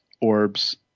orbs